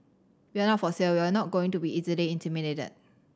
we're not for sale and we're not going to be easily intimidated